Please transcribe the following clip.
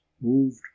moved